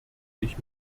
ich